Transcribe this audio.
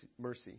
mercy